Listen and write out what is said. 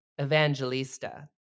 Evangelista